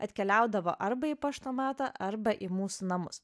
atkeliaudavo arba į paštomatą arba į mūsų namus